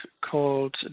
called